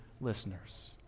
listeners